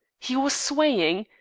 he was swaying,